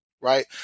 right